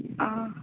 आं